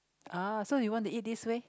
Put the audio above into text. oh so you want to eat this way